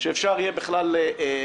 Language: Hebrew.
שאפשר יהיה בכלל להפעיל.